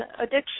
addiction